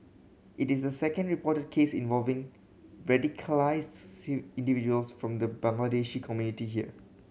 it is the second reported case involving radical individuals from the Bangladeshi community here